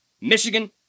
Michigan